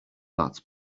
that